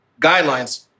Guidelines